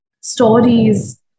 stories